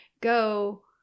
go